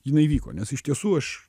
jinai vyko nes iš tiesų aš